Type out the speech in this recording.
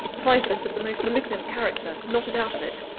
typhus of the most malignant character not a doubt of it.